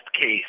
case